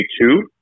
two